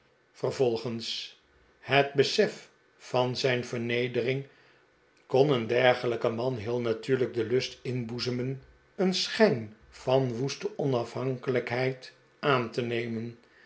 vervolgens het besef van zijn vernedering kon een dergelijken man heel natuurlijk den lust inboezemen een schijn van woeste onafhankelijkheid aan te nemen